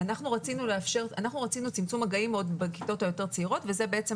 רצינו צמצום מגעים עוד בכיתות היותר צעירות וזאת בעצם